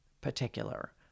particular